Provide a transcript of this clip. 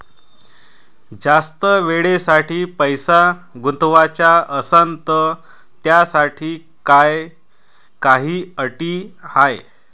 जास्त वेळेसाठी पैसा गुंतवाचा असनं त त्याच्यासाठी काही अटी हाय?